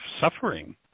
suffering